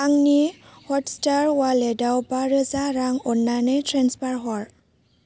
आंनि हटस्टार अवालेटाव बारोजा रां अन्नानै ट्रेन्सफार हर